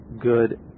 good